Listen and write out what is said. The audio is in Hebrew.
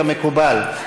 כמקובל.